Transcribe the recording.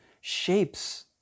shapes